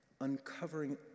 uncovering